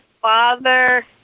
father